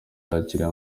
yakiriye